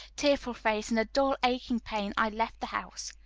tearful face, and a dull, aching pain, i left the house.